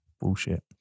bullshit